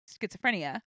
schizophrenia